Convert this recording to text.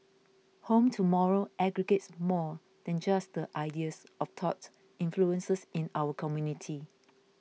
Home Tomorrow aggregates more than just the ideas of thought influences in our community